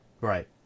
Right